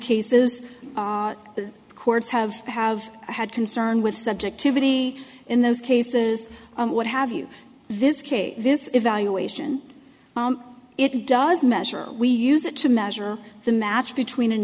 cases the courts have have had concern with subjectivity in those cases what have you this case this evaluation it does measure we use it to measure the match between an